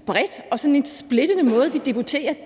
generel og splittende måde, vi